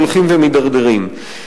הולכים ומידרדרים.